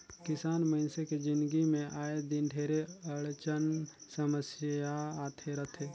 किसान मइनसे के जिनगी मे आए दिन ढेरे अड़चन समियसा आते रथे